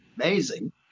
amazing